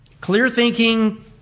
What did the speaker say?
clear-thinking